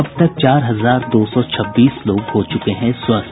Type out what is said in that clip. अब तक चार हजार दो सौ छब्बीस लोग हो चुके हैं स्वस्थ